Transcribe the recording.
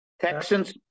Texans